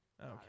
Okay